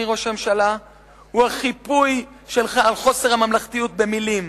הוא החיפוי שלך על חוסר הממלכתיות במלים.